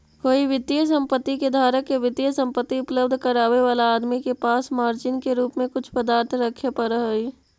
कोई वित्तीय संपत्ति के धारक के वित्तीय संपत्ति उपलब्ध करावे वाला आदमी के पास मार्जिन के रूप में कुछ पदार्थ रखे पड़ऽ हई